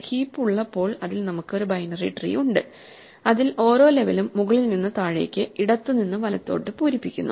heap ഉള്ളപ്പോൾ അതിൽ നമുക്ക് ഒരു ബൈനറി ട്രീ ഉണ്ട് അതിൽ ഓരോ ലെവലും മുകളിൽ നിന്ന് താഴേക്ക് ഇടത്തുനിന്ന് വലത്തോട്ട് പൂരിപ്പിക്കുന്നു